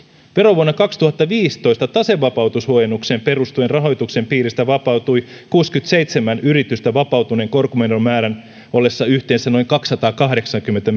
verovuonna kaksituhattaviisitoista tasevapautushuojennukseen perustuen rahoituksen piiristä vapautui kuusikymmentäseitsemän yritystä vapautuneen korkomenomäärän ollessa yhteensä noin kaksisataakahdeksankymmentä